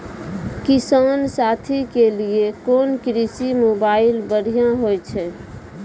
किसान साथी के लिए कोन कृषि मोबाइल बढ़िया होय छै?